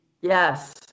Yes